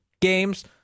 games